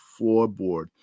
floorboard